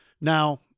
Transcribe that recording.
Now